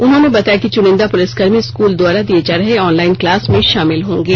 उन्होंने बताया कि चुनिंदा पुलिसकर्मी स्कूल द्वारा दिए जा रहे ऑनलाइन क्लास में शामिल होंगे